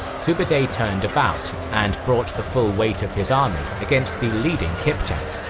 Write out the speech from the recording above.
sube'etei turned about and brought the full weight of his army against the leading kipchaks,